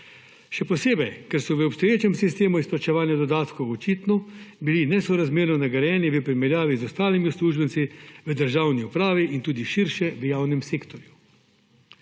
Še posebej, ker so v obstoječem sistemu izplačevanja dodatkov očitno bili nesorazmerno nagrajeni v primerjavi z ostalimi uslužbenci v državni upravi in tudi širše v javnem sektorju.